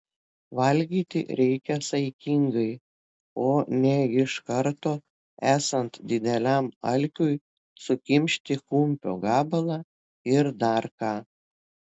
valgyti reikia saikingai o ne iš karto esant dideliam alkiui sukimšti kumpio gabalą ar dar ką